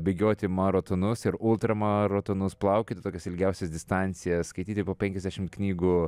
bėgioti maratonus ir ultramaratonus plaukioti tokias ilgiausias distancijas skaityti po penkiasdešimt knygų